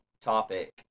topic